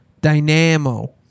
dynamo